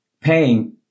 paying